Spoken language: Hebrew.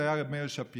זה היה הרב מאיר שפירא.